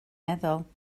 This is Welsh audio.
meddwl